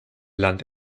land